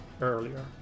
earlier